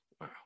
Wow